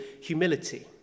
humility